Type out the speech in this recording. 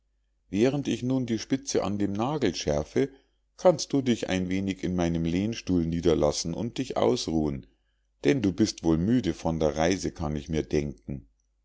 während ich nun die spitze an dem nagel schärfe kannst du dich ein wenig in meinen lehnstuhl niederlassen und dich ausruhen denn du bist wohl müde von der reise kann ich mir denken